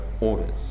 orders